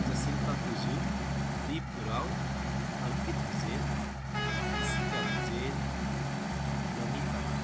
Jacinta Kujur Dip Rao Arpit Bhujel Isika Bhujel Namita Lama